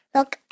Look